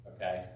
okay